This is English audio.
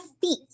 feet